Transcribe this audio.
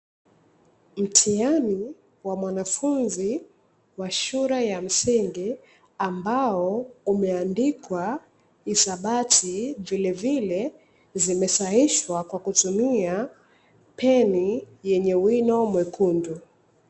Mtihani wa mwanafunzi wa shule ya msingi ambao umeandikwa hisabati vile vile zimesaishwa kwa kutumia peni yenye wino mwekundu.